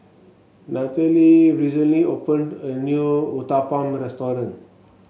Nathalie recently opened a new Uthapam restaurant